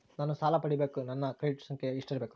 ನಾನು ಸಾಲ ಪಡಿಯಕ ನನ್ನ ಕ್ರೆಡಿಟ್ ಸಂಖ್ಯೆ ಎಷ್ಟಿರಬೇಕು?